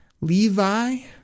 Levi